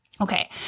Okay